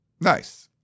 nice